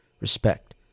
respect